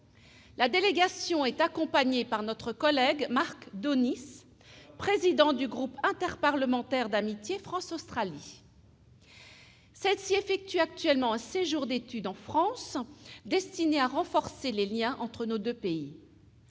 La délégation est accompagnée par notre collègue Marc Daunis, président du groupe interparlementaire d'amitié France-Australie. Cette délégation effectue actuellement un séjour d'étude en France, destiné à renforcer les liens entre nos deux pays.